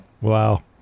Wow